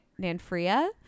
Nanfria